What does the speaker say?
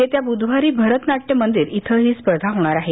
येत्या बुधवारी भरत नाट्य मंदिर इथं ही स्पर्धा होणार आहे